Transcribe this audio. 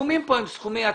הסכומים כאן הם סכומי עתק.